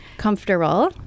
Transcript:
Comfortable